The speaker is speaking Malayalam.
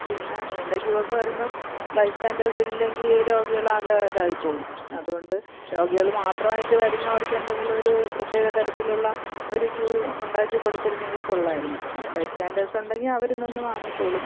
പിന്ന നീണ്ട ക്യൂവൊക്കെ വരുമ്പം ബൈസ്റ്റാൻഡേഴ്സ് അല്ലെങ്കിൽ രോഗികളാകെ ഇതായി പോവും അതുകൊണ്ട് രോഗികൾ മാത്രമായിട്ട് വരുന്നവർക്ക് എന്തെങ്കിലും ഒരു പ്രത്യേക തരത്തിലുള്ള ഒരു ക്യൂ ഉണ്ടാക്കി കൊടുത്തിരുന്നെങ്കിൽ കൊള്ളാമായിരുന്നു ബൈസ്റ്റാൻഡേർസ് ഉണ്ടെങ്കിൽ അവർ നിന്ന് വാങ്ങിച്ചോളും